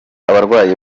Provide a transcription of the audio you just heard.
abarwayi